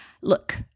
look